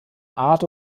art